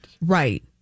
Right